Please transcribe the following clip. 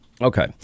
Okay